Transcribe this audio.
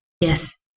Yes